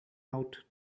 out